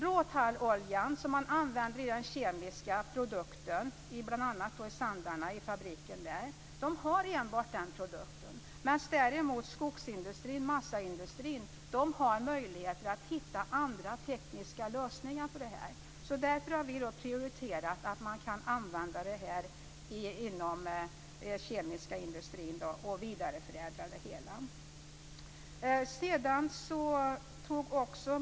Råtalloljan används i kemiska produkter, bl.a. i fabriken i Sandarne där man enbart har den produkten. Skogs och massaindustrin däremot har möjligheter att hitta andra tekniska lösningar. Därför har vi prioriterat detta att man kan använda den inom den kemiska industrin och vidareförädla den.